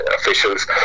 officials